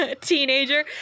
teenager